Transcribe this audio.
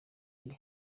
iri